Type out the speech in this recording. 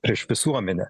prieš visuomenę